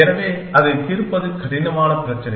எனவே அதை தீர்ப்பது கடினமான பிரச்சினை